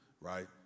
Right